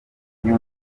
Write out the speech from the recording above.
music